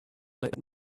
let